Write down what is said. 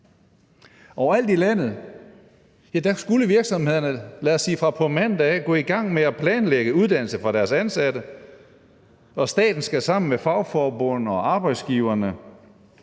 Over alt i landet skulle virksomhederne – lad os sige fra på mandag – gå i gang med at planlægge uddannelse for deres ansatte, og staten skal sammen med fagforbund og arbejdsgivere